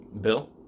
Bill